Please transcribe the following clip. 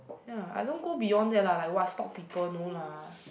ya I don't go beyond that lah like !wah! stalk people no lah